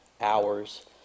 hours